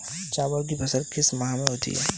चावल की फसल किस माह में होती है?